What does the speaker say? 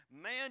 man